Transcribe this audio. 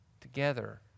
together